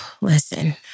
listen